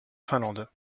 finlande